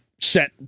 set